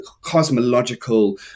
cosmological